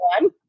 one